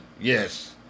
Yes